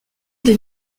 des